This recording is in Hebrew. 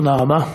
תודה רבה.